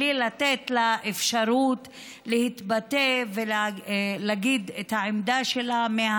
בלי לתת לה אפשרות להתבטא ולהגיד את העמדה שלה על